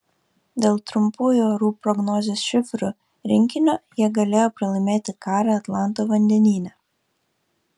dėl trumpųjų orų prognozės šifrų rinkinio jie galėjo pralaimėti karą atlanto vandenyne